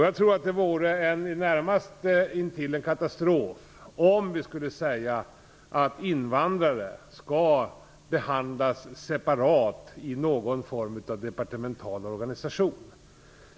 Jag tror att det i det närmaste vore katastrof om vi sade att invandrare skall behandlas separat i någon form av departemental organisation.